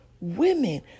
women